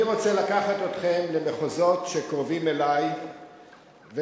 אני רוצה לקחת אתכם למחוזות שקרובים אלי ולספר